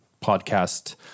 podcast